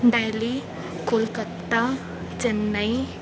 Delhi Kolkata Chennai